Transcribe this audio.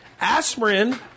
Aspirin